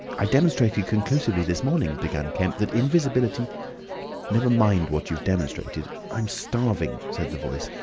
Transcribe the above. i demonstrated conclusively this morning, began kemp, that invisibility never mind what you've demonstrated i'm starving, said the voice,